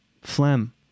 phlegm